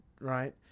right